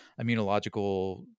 immunological